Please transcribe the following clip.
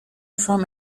from